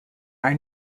are